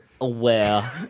aware